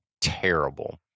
terrible